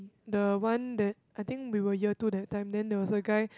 the one that I think we were year two that time then there was a guy